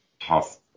half